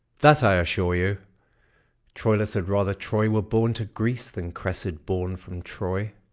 that i assure you troilus had rather troy were borne to greece than cressid borne from troy.